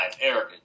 Eric